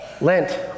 Lent